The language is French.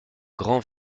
grand